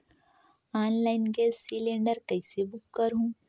Online gas cylinder कइसे book करहु?